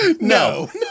No